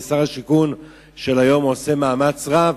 שר השיכון דהיום עושה מאמץ רב,